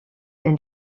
and